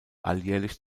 alljährlich